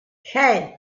hey